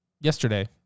yesterday